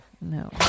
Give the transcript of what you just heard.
No